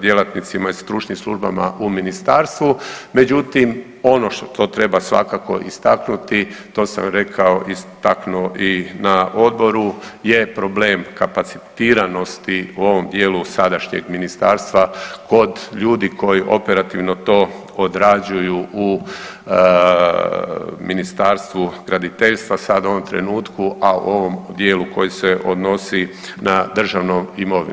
djelatnicima i stručnim službama u ministarstvu, međutim ono što to treba svakako istaknuti, to sam rekao i istaknuo i na odboru, je problem kapacitiranosti u ovom dijelu sadašnjeg ministarstva kod ljudi koji operativno to odrađuju u Ministarstvu graditeljstva sad u ovom trenutku, a u ovom dijelu koji se odnosi na državnu imovinu.